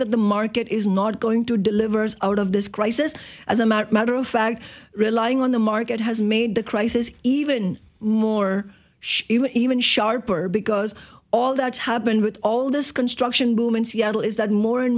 that the market is not going to deliver us out of this crisis as a matter of fact relying on the market has made the crisis even more even sharper because all that's happened with all this construction boom in seattle is that more and